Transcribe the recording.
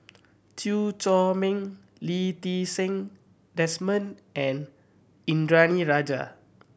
Chew Chor Meng Lee Ti Seng Desmond and Indranee Rajah